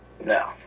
No